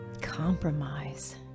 compromise